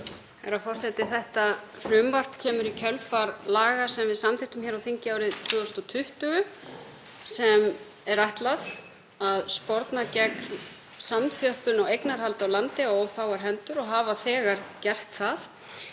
Þetta frumvarp kemur í kjölfar laga sem við samþykktum hér á þingi árið 2020 sem er ætlað að sporna gegn samþjöppun á eignarhaldi á landi á of fáar hendur og þau hafa þegar gert það.